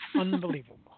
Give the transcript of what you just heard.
Unbelievable